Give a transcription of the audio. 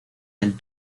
del